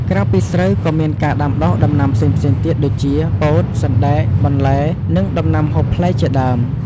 ក្រៅពីស្រូវ ក៏មានការដាំដុះដំណាំផ្សេងៗទៀតដូចជា ពោត សណ្ដែក បន្លែ និងដំណាំហូបផ្លែជាដើម។